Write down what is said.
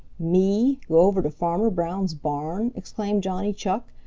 me go over to farmer brown's barn! exclaimed johnny chuck.